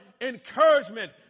encouragement